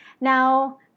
Now